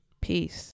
Peace